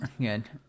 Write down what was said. Good